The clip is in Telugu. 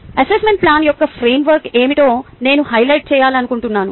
అసెస్మెంట్ ప్లాన్ యొక్క ఫ్రేమ్వర్క్ ఏమిటో నేను హైలైట్ చేయాలనుకుంటున్నాను